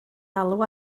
alw